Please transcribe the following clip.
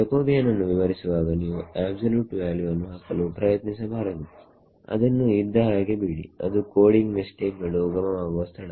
Jacobian ಅನ್ನು ವಿವರಿಸುವಾಗ ನೀವು ಆಬ್ಸಲ್ಯೂಟ್ ವ್ಯಾಲ್ಯು ವನ್ನು ಹಾಕಲು ಪ್ರಯತ್ನಿಸಬಾರದು ಅದನ್ನು ಇದ್ದ ಹಾಗೆ ಬಿಡಿ ಅದು ಕೋಡಿಂಗ್ ಮಿಸ್ಟೆಕ್ ಗಳು ಉಗಮವಾಗುವ ಸ್ಥಳ